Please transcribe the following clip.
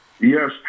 Yes